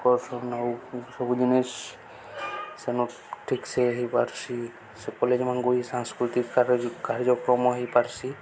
ଆକର୍ଷଣ ଆଉ ସବୁ ଜିନିଷ ସେନୁ ଠିକ୍ ସେ ହେଇପାରସି ସେ କଲେଜ ମାନଙ୍କୁ ହିଁ ସାଂସ୍କୃତିକ କାର୍ଯ୍ୟକ୍ରମ ହେଇପାରସି